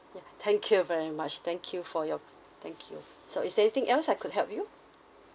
ya thank you very much thank you for your thank you so is there anything else I could help you